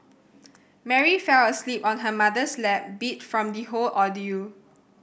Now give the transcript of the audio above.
Mary fell asleep on her mother's lap beat from the whole ordeal